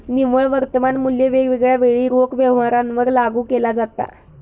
निव्वळ वर्तमान मुल्य वेगवेगळ्या वेळी रोख व्यवहारांवर लागू केला जाता